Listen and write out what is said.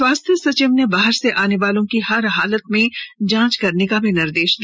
स्वास्थ्य सचिव ने बाहर से आने वालों की हर हाल में जांच करने का निर्देश दिया